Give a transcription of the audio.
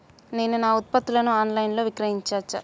నేను నా ఉత్పత్తులను ఆన్ లైన్ లో విక్రయించచ్చా?